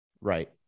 Right